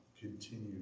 continue